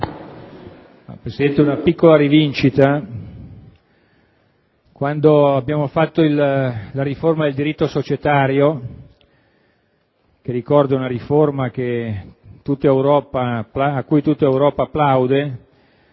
Presidente, una piccola rivincita: quando abbiamo fatto la riforma del diritto societario cui - ricordo - tutta Europa plaude,